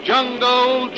Jungle